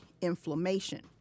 inflammation